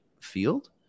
field